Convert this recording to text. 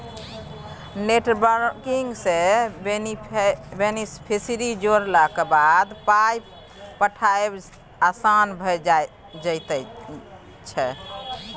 net banking सँ beneficiary जोड़लाक बाद पाय पठायब आसान भऽ जाइत छै